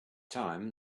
time